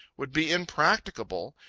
would be impracticable,